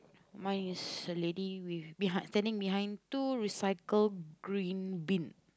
mine is a lady with behind standing behind two recycle green bin